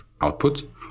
output